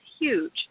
huge